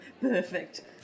Perfect